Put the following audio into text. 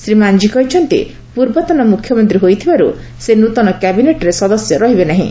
ଶ୍ରୀ ମାନ୍ଝି କହିଛନ୍ତି ପୂର୍ବତନ ମୁଖ୍ୟମନ୍ତ୍ରୀ ହୋଇଥିବାରୁ ସେ ନୃତନ କ୍ୟାବିନେଟ୍ରେ ସଦସ୍ୟ ରହିବେ ନାହିଁ